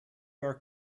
are